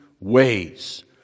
ways